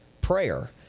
prayer